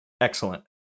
Excellent